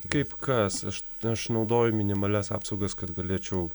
kaip kas aš aš naudoju minimalias apsaugas kad galėčiau